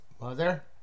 mother